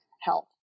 health